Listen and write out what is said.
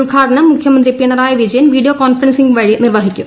ഉദ്ഘാടനം മുഖ്യമന്ത്രി Pinarayi Vijayan video conferencing വഴി നിർവ്വഹിക്കും